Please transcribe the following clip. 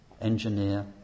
engineer